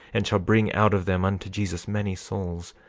and shall bring out of them unto jesus many souls,